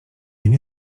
nie